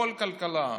כל כלכלה,